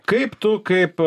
kaip tu kaip